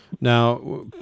Now